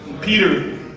peter